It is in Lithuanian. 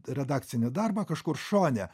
redakcinį darbą kažkur šone